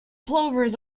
plovers